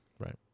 Right